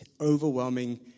overwhelming